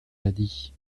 maladie